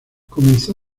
comenzó